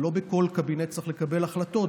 לא בכל קבינט צריך לקבל החלטות.